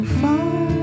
far